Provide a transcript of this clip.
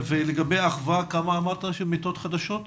ולגבי 'אחווה' כמה אמרת מיטות חדשות?